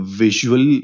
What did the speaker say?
visual